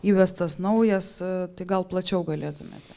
įvestas naujas tai gal plačiau galėtumėte